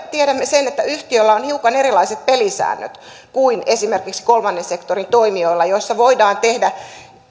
tiedämme myös sen että yhtiöillä on hiukan erilaiset pelisäännöt kuin esimerkiksi kolmannen sektorin toimijoilla joissa voidaan tehdä